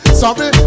sorry